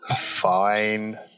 fine